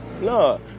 No